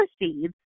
proceeds